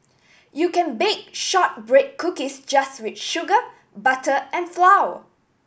you can bake shortbread cookies just with sugar butter and flour